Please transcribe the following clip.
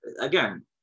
again